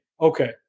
Okay